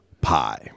pie